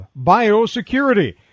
biosecurity